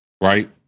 right